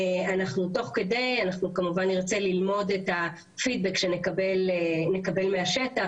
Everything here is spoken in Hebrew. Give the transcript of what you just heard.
אנחנו תוך כדי כמובן נרצה ללמוד את הפידבק שנקבל מהשטח.